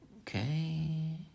Okay